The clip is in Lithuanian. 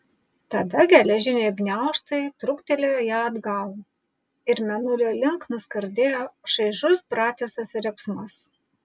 tada geležiniai gniaužtai trūktelėjo ją atgal ir mėnulio link nuskardėjo šaižus pratisas riksmas